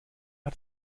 hat